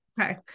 Okay